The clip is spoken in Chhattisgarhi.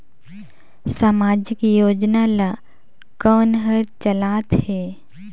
समाजिक योजना ला कोन हर चलाथ हे?